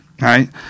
right